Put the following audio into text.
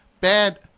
bad